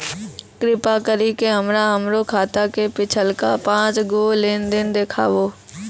कृपा करि के हमरा हमरो खाता के पिछलका पांच गो लेन देन देखाबो